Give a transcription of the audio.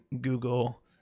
Google